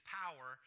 power